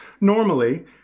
normally